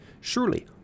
Surely